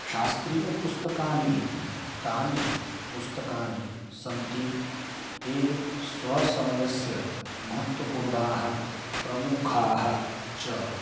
शास्त्रीयपुस्तकानि तानि पुस्तकानि सन्ति ये स्वसमयस्य महत्त्वपूर्णाः प्रमुखाः च